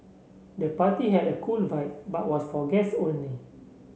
the party had a cool vibe but was for guests only